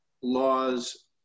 laws